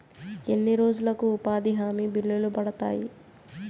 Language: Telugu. ఎన్ని రోజులకు ఉపాధి హామీ బిల్లులు పడతాయి?